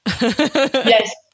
Yes